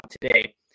today